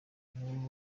niwe